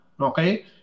Okay